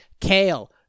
Kale